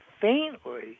faintly